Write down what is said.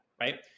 right